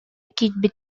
киирбит